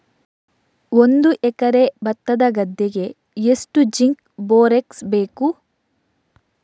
ಒಂದು ಎಕರೆ ಭತ್ತದ ಗದ್ದೆಗೆ ಎಷ್ಟು ಜಿಂಕ್ ಬೋರೆಕ್ಸ್ ಬೇಕು?